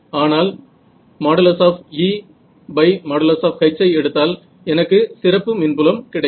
ஆனால் நான் |E||H| ஐ எடுத்தால் எனக்கு சிறப்பு மின்புலம் கிடைக்கும்